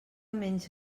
menys